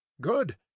Good